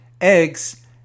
eggs